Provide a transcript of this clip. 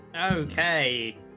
Okay